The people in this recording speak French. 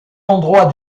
endroits